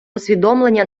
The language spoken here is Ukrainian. усвідомлення